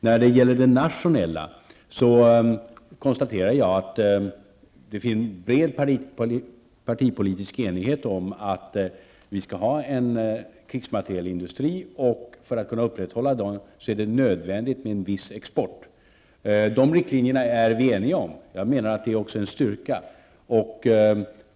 När det gäller den nationella sidan konstaterar jag att det finns bred partipolitisk enighet om att vi skall ha en krigsmaterielindustri, och för att kunna upprätthålla den är det nödvändigt med en viss export. De riktlinjerna är vi eniga om. Jag menar att det är en styrka.